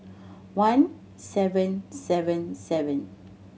one seven seven seven